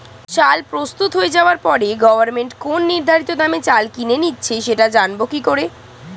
চাল প্রস্তুত হয়ে যাবার পরে গভমেন্ট কোন নির্ধারিত দামে চাল কিনে নিচ্ছে সেটা জানবো কি করে?